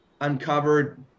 uncovered